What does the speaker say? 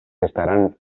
estarán